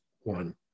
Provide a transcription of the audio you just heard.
one